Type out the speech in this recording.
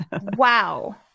Wow